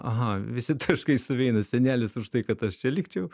aha visi taškai suveina senelis už tai kad aš čia likčiau